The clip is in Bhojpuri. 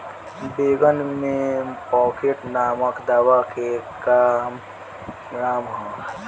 बैंगन में पॉकेट नामक दवा के का काम ह?